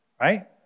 Right